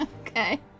Okay